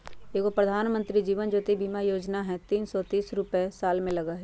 गो प्रधानमंत्री जीवन ज्योति बीमा योजना है तीन सौ तीस रुपए साल में लगहई?